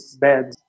bad